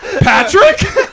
patrick